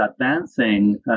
advancing